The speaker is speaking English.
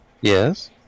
Yes